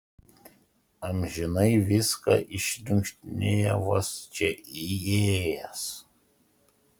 amžinai viską iššniukštinėja vos čia įėjęs